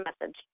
message